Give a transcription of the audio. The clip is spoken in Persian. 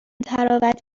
تراود